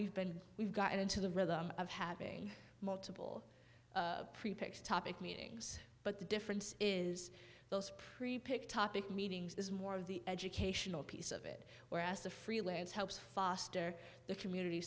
we've been we've gotten into the rhythm of having multiple prepared topic meetings but the difference is those prepared topic meetings is more of the educational piece of it whereas the freelance helps foster the community